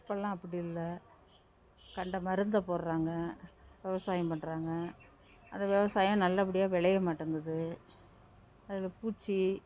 இப்போலாம் அப்படி இல்லை கண்ட மருந்த போடுறாங்க விவசாயம் பண்ணுறாங்க அந்த விவசாயம் நல்லபடியாக விளையமாட்டுங்குது அதில் பூச்சி